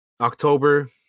October